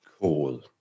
Cool